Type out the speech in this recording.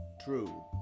true